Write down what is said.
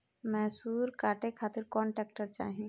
मैसूर काटे खातिर कौन ट्रैक्टर चाहीं?